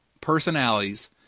personalities